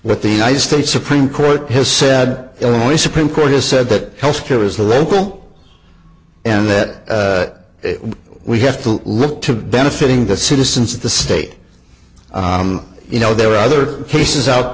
but the united states supreme court has said illinois supreme court has said that health care is the level and that we have to look to benefiting the citizens of the state you know there are other cases out